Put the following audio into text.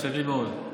משתדלים מאוד.